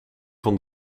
van